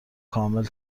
کامل